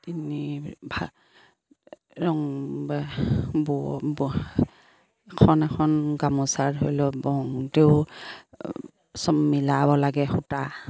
তিনি ভা ৰং এখন এখন গামোচা ধৰি লওক বওঁতেও চব মিলাব লাগে সূতা